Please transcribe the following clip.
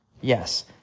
Yes